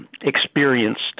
experienced